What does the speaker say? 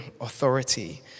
authority